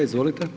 Izvolite.